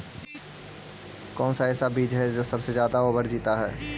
कौन सा ऐसा बीज है की सबसे ज्यादा ओवर जीता है?